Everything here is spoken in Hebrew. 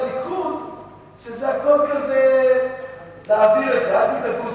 הליכוד שזה הכול כדי להעביר את זה: אל תדאגו,